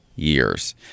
years